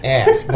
ass